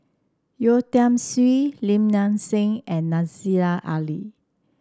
Yeo Tiam Siew Lim Nang Seng and Aziza Ali